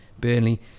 Burnley